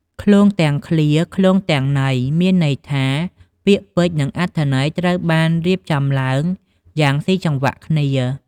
ឃ្លោងទាំងឃ្លា ឃ្លោងទាំងន័យ មានន័យថា ពាក្យពេចន៍ និងអត្ថន័យត្រូវបានរៀបចំឡើងយ៉ាងស៊ីចង្វាក់គ្នា។